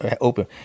open